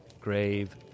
Grave